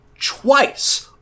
Twice